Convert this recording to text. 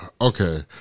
okay